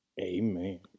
amen